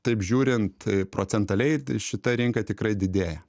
taip žiūrint procentaliai šita rinka tikrai didėja